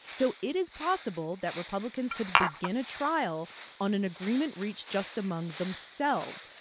so it is possible that republicans could begin a trial on an agreement reached just among themselves.